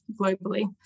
globally